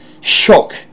shock